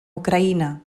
ucraïna